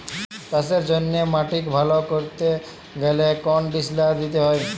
চাষের জ্যনহে মাটিক ভাল ক্যরতে গ্যালে কনডিসলার দিতে হয়